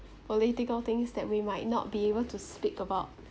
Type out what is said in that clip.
political things that we might not be able to speak about